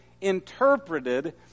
interpreted